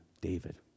David